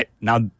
now